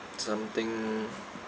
something